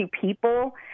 people